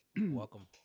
welcome